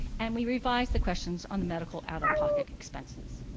and we revised the questions on the medical out-of-pocket expenses.